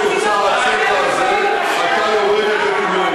והיכולת לממש את אוצר הטבע הזה הייתה יורדת לטמיון.